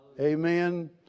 Amen